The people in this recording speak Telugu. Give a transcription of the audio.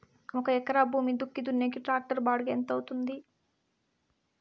ఒక ఎకరా భూమి దుక్కి దున్నేకి టాక్టర్ బాడుగ ఎంత అవుతుంది?